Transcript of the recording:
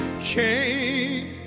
came